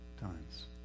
times